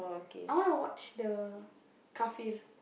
I wanna watch the Garfield